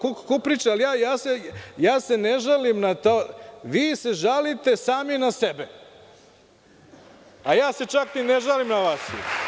Pa, jesmo, ko priča, ali ja se ne žalim, vi se žalite sami na sebe, a ja se čak i ne žalim na vas.